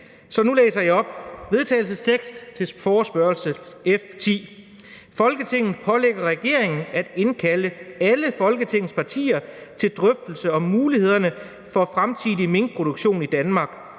kan læse forslaget til vedtagelse: »Folketinget pålægger regeringen at indkalde alle Folketingets partier til drøftelse af mulighederne for fremtidig minkproduktion i Danmark.